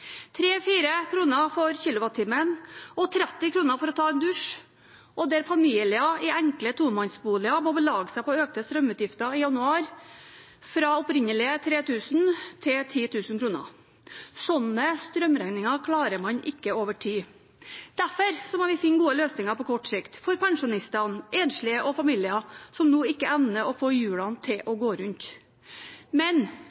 og 30 kr for å ta en dusj, og der familier i enkle tomannsboliger må belage seg på økte strømutgifter i januar, fra opprinnelig 3 000 kr til 10 000 kr. Sånne strømregninger klarer man ikke over tid. Derfor må vi finne gode løsninger på kort sikt for pensjonistene, enslige og familier som nå ikke evner å få hjulene til å gå rundt. Men